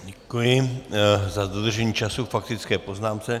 Děkuji za dodržení času k faktické poznámce.